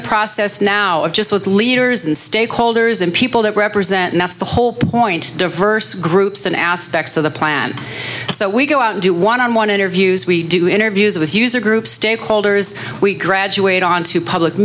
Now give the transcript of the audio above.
the process now of just with leaders and stakeholders and people that represent that's the whole point diverse groups and aspects of the plan so we go out and do one on one interviews we do interviews with user groups stakeholders we graduate on to public